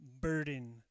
burden